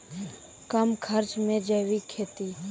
कम खर्च मे जैविक खेती?